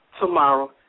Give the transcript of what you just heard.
tomorrow